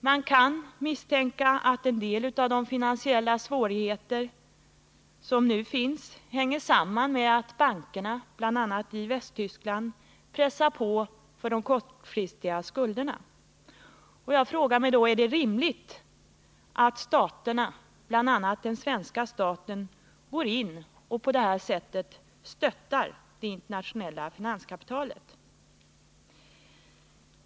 Man kan misstänka att en del av nuvarande finansiella svårigheter hänger samman med att bankerna, bl.a. i Västtyskland, pressar på när det gäller de kortfristiga skulderna. Och jag frågar då: Är det rimligt att stater, bl.a. den svenska staten, går in och på detta sätt stöttar det internationella finanskapitalet?